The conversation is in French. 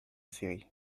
série